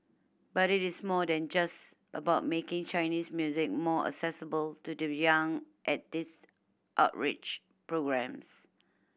but it is more than just about making Chinese music more accessible to the young at these outreach programmes